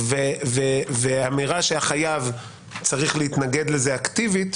ואמירה שהחייב צריך להתנגד לזה אקטיבית